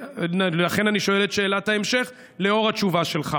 לכן אני שואל את שאלת ההמשך, לאור התשובה שלך.